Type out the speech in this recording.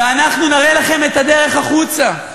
ואנחנו נראה לכם את הדרך החוצה.